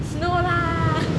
no lah